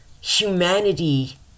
humanity